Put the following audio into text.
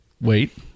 Wait